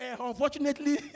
Unfortunately